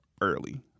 early